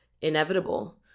inevitable